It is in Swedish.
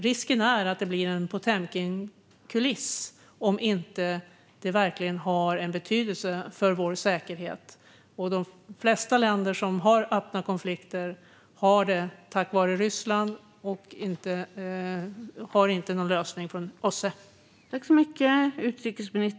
Risken är nämligen att det blir en Potemkinkuliss om det inte verkligen får betydelse för vår säkerhet. De flesta länder som har öppna konflikter har det tack vare Ryssland, och det finns inte någon lösning genom OSSE.